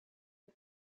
het